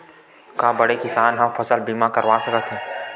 का बड़े किसान ह फसल बीमा करवा सकथे?